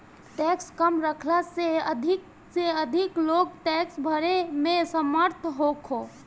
tax कम रखला से अधिक से अधिक लोग टैक्स भरे में समर्थ होखो